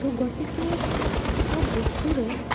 তো গতিকে চব বস্তুৰে